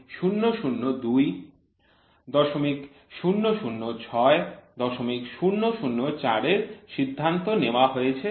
কিভাবে ০০০২ ০০০৬ ০০০৪ এর সিদ্ধান্ত নেওয়া হয়েছে